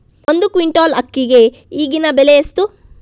ಒಂದು ಕ್ವಿಂಟಾಲ್ ಅಕ್ಕಿಗೆ ಈಗಿನ ಬೆಲೆ ಎಷ್ಟು?